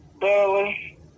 Barely